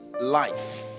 life